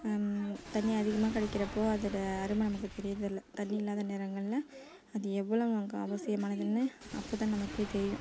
தண்ணி அதிகமாக கிடைக்கிறப்போ அதோட அருமை நமக்கு தெரியுறதில்ல தண்ணி இல்லாத நேரங்களில் அது எவ்வளோவு நமக்கு அவசியமானதுன்னு அப்போ தான் நமக்கே தெரியும்